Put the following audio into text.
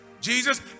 Jesus